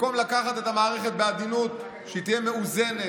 במקום לקחת את המערכת בעדינות שהיא תהיה מאוזנת,